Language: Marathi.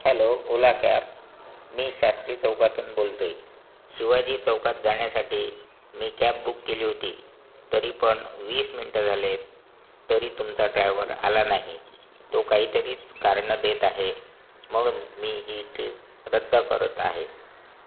हॅलो ओला कॅब मी शास्त्री चौकातून बोलतोय शिवाजी चौकात जाण्यासाठी मी कॅब बुक केली होती तरीपण वीस मिंट झाले तरी तुमचा ड्रायव्हर आला नाही तो काहीतरीच कारणं देत आहे म्हणून मी ही ट्रिप रद्द करत आहे